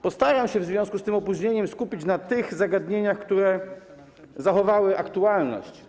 Postaram się w związku z tym opóźnieniem skupić na tych zagadnieniach, które zachowały aktualność.